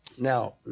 Now